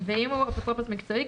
ואם הוא אפוטרופוס מקצועי,